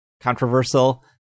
Controversial